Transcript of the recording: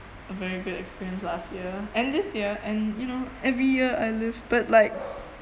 a very good experience last year and this year and you know every year I live but like